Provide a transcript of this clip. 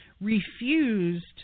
refused